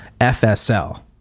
fsl